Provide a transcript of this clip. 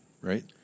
right